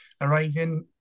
arriving